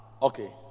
Okay